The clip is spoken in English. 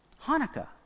Hanukkah